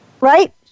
right